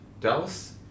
Dallas